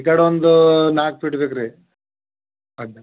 ಈ ಕಡೆ ಒಂದು ನಾಲ್ಕು ಫೀಟ್ ಬೇಕು ರೀ ಅಡ್ಡ